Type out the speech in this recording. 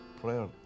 prayer